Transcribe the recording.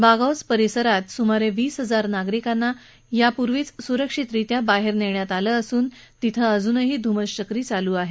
Baghuz परिसरात सुमारे वीस हजार नागरिकांना यापूर्वीच सुरक्षितरीत्या बाहेर नेण्यात आलं असून तिथं अजूनही धुमश्रक्री चालू आहे